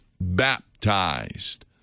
baptized